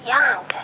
Young